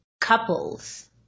couples